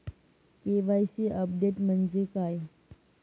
KYC update म्हणजे काय?